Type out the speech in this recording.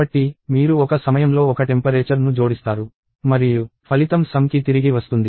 కాబట్టి మీరు ఒక సమయంలో ఒక టెంపరేచర్ ను జోడిస్తారు మరియు ఫలితం సమ్ కి తిరిగి వస్తుంది